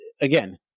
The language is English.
again